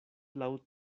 laŭ